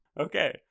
Okay